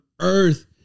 earth